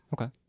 Okay